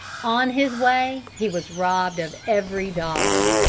on his way he was robbed of every dollar.